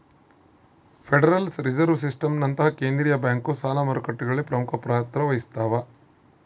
federal reserve ಸಿಸ್ಟಮ್ನಂತಹ ಕೇಂದ್ರೀಯ bank ಸಾಲ ಮಾರುಕಟ್ಟೆಗಳಲ್ಲಿ ಪ್ರಮುಖ ಪಾತ್ರ ವಹಿಸ್ತವ